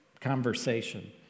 conversation